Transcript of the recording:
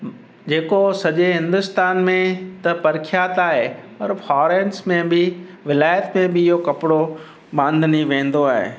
जे को सॼे हिन्दुस्तान में त प्रखियात आहे पर फ़ोरंस में बि विलायत में बि इहो कपिड़ो बांधनी वेंदो आहे